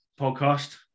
podcast